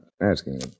asking